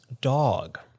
dog